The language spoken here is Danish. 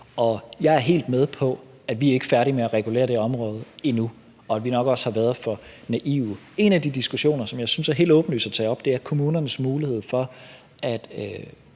Jeg er helt med på, at vi ikke er færdige med at regulere det område endnu, og at vi nok også har været for naive. En af de diskussioner, som jeg synes er helt åbenlys at tage op, er kommunernes mulighed for